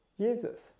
Jesus